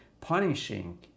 punishing